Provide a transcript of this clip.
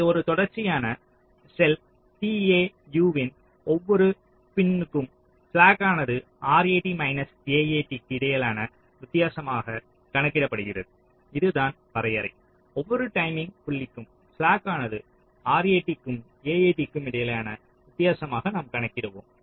இது ஒரு தொடர்ச்சியான செல் tau வின் ஒவ்வொரு பின் க்கும் ஸ்லாகானது RAT மைனஸ் AAT க்கு இடையிலான வித்தியாசமாக கணக்கிடப்படுகிறது இது தான் வரையறை ஒவ்வொரு டைமிங் புள்ளிக்கும் ஸ்லாகானது RAT க்கும் AAT க்கும் இடையிலான வித்தியாசமாக நாம் கணக்கிடுவோம்